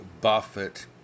Buffett